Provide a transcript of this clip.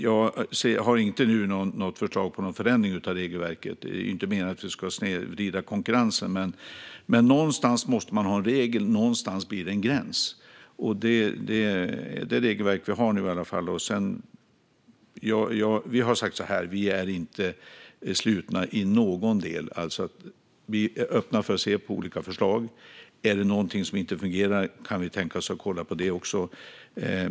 Jag har inte något förslag på någon förändring av regelverket nu. Det är inte meningen att vi ska snedvrida konkurrensen, men man måste ha en regel, och någonstans blir det en gräns. Detta är det regelverk vi har nu, men vi är inte slutna i någon del. Vi är öppna för att se på olika förslag. Är det någonting som inte fungerar kan vi tänka oss att kolla på det.